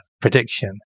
prediction